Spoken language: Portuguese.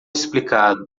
explicado